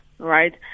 right